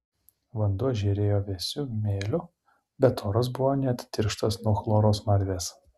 vanduo žėrėjo vėsiu mėliu bet oras buvo net tirštas nuo chloro smarvės